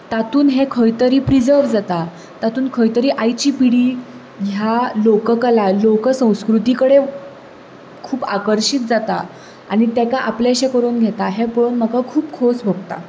तातूंत हें खंय तरी प्रिजर्व जाता तातूंत खंय तरी आयची पिढी ह्या लोककला लोकसंस्कृती कडेन खूब आकर्शित जाता आनी ताका आपलेंशें करून घेता हें पळोवन म्हाका खूब खोस भोगता